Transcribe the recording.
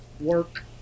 Work